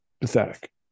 pathetic